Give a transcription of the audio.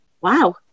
wow